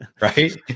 right